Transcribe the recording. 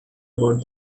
about